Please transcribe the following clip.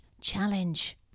challenge